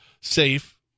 safe